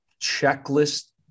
checklist